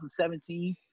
2017